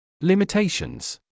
Limitations